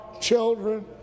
children